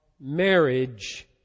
marriage